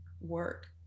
work